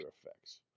effects